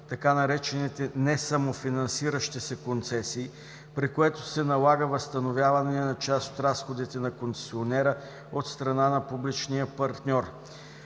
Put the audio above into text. така наречените „несамофинансиращи се концесии“, при което се налага възстановяване на част от разходите на концесионера от страна на публичния партньор.